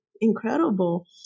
incredible